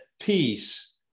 peace